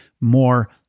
more